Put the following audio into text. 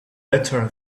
better